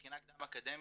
מכינה קדם אקדמית,